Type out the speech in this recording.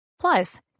Plus